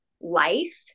life